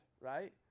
right